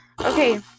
Okay